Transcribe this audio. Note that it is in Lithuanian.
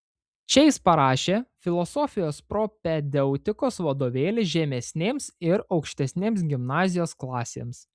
čia jis parašė filosofijos propedeutikos vadovėlį žemesnėms ir aukštesnėms gimnazijos klasėms